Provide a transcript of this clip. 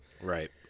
right